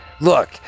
Look